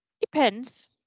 Depends